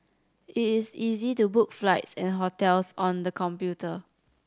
it is easy to book flights and hotels on the computer